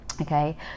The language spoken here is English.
Okay